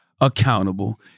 accountable